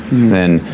then,